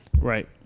Right